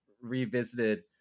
revisited